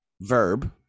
verb